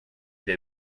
the